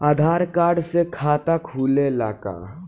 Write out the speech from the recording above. आधार card से खाता खुले ला का?